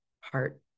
heart